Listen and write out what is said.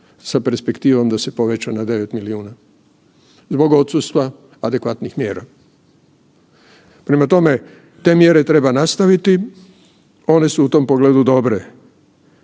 sa perspektivom da se poveća na 9 milijuna zbog odsustva adekvatnih mjera. Prema tome, te mjere treba nastaviti, one su u tom pogledu dobre